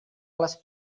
les